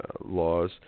laws